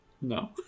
No